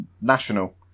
national